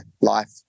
life